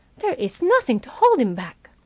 there is nothing to hold him back.